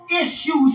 Issues